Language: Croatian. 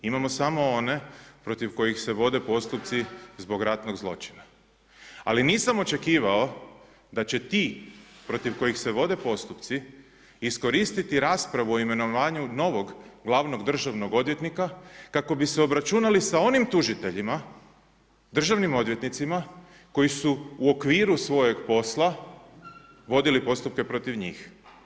Imamo samo one protiv kojih se vode postupci zbog ratnog zločina, ali nisam očekivao da će ti protiv kojih se vode postupci iskoristiti raspravu o imenovanju novog glavnog državnog odvjetnika kako bi se obračunali sa onim tužiteljima, državnim odvjetnicima koji su u okviru svojeg posla vodili postupke protiv njih.